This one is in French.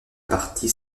partie